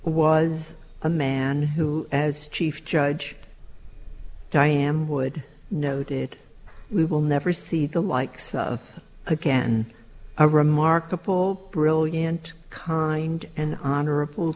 was a man who as chief judge diane wood noted we will never see the likes of again a remarkable brilliant kind and honorable